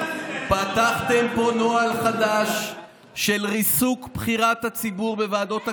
פתחתם פה נוהל חדש של ריסוק בחירת הציבור בוועדות הכנסת.